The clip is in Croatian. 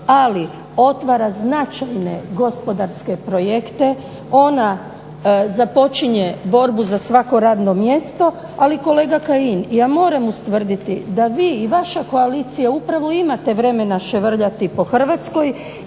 ali otvara značajne gospodarske projekte, ona započinje borbu za svako radno mjesto. Ali kolega Kajin, ja moram ustvrditi da vi i vaša koalicija upravo imate vremena švrljati po Hrvatskoj